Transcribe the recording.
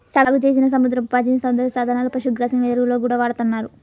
సాగుచేసిన సముద్రపు పాచిని సౌందర్య సాధనాలు, పశుగ్రాసం, ఎరువుల్లో గూడా వాడతన్నారు